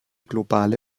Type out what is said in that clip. globale